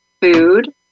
food